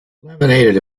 laminated